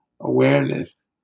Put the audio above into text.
awareness